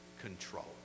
control